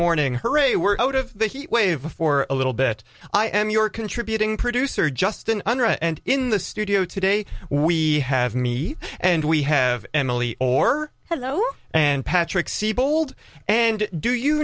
morning her a we're out of the heat wave for a little bit i am your contributing producer justin under and in the studio today we have me and we have emily or hello and patrick siebold and do you